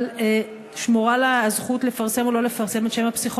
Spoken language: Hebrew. אבל שמורה לה הזכות לפרסם או לא לפרסם את שם הפסיכולוג.